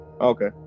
Okay